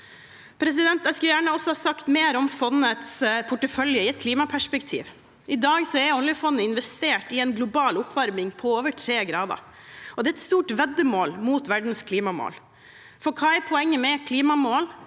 greit. Jeg skulle gjerne også ha sagt mer om fondets portefølje i et klimaperspektiv. I dag er oljefondet investert i en global oppvarming på over 3 grader. Det er et stort veddemål mot verdens klimamål. Hva er poenget med klimamål